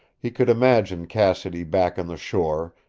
he could imagine cassidy back on the shore,